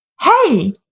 hey